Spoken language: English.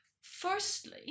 firstly